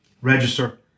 register